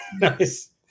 nice